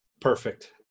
Perfect